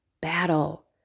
battle